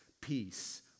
peace